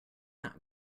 not